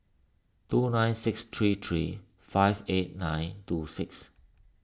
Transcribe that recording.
two nine six three three five eight nine two six